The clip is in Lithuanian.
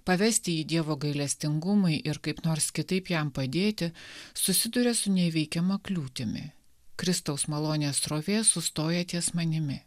pavesti jį dievo gailestingumui ir kaip nors kitaip jam padėti susiduria su neįveikiama kliūtimi kristaus malonės srovė sustoja ties manimi